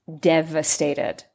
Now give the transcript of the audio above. devastated